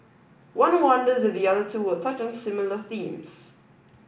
one wonders if the other two will touch on similar themes